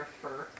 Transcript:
fur